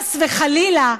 חס וחלילה,